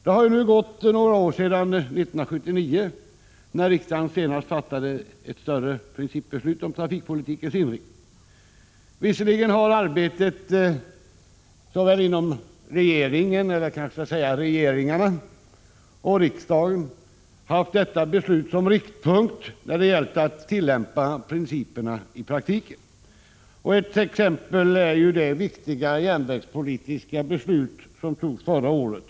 Det har nu gått några år sedan 1979, när riksdagen senast fattade ett större principbeslut om trafikpolitikens inriktning. Visserligen har arbetet inom såväl regeringarna som riksdagen haft detta beslut som riktpunkt när det gällt att tillämpa principerna i praktiken. Ett exempel är det viktiga järnvägspolitiska beslutet som fattades förra året.